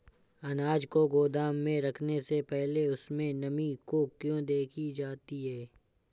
अनाज को गोदाम में रखने से पहले उसमें नमी को क्यो देखी जाती है?